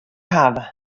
hawwe